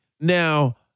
Now